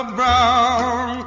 brown